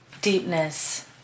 deepness